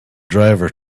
driver